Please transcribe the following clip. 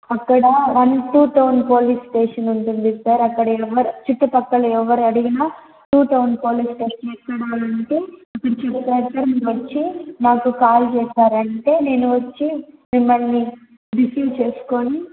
అక్కడ one two town police station ఉంటుంది sir అక్కడ చుట్టూ పక్కల ఎవ్వరు అడిగినా టూ టౌన్ పోలీస్ స్టేషన్ ఎక్కడా అంటే చూపిస్తారు సార్ మీరు వచ్చి మాకు కాల్ చేసారంటే నేను వచ్చి మిమ్మల్ని రిసీవ్ చేసుకుని